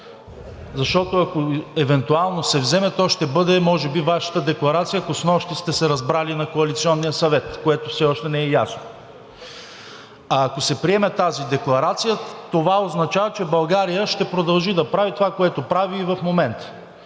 Защото, ако евентуално се вземе, то ще бъде може би Вашата декларация, ако снощи сте се разбрали на Коалиционния съвет, което все още не е ясно. Ако се приеме тази декларация, това означава, че България ще продължи да прави това, което прави и в момента